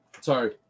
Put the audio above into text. sorry